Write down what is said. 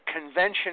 convention